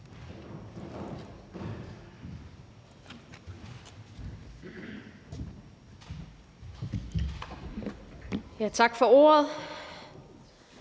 Tak for ordet.